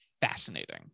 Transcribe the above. fascinating